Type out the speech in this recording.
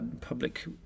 public